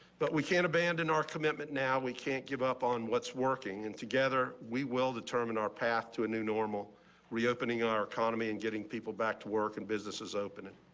but we can't abandon our commitment now we can't give up on what's working and together we will determine our path to a new normal reopening our economy and getting people back to work in businesses open. and